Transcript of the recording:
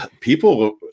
people